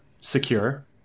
secure